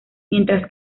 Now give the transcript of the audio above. mientras